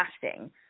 casting